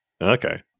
Okay